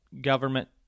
government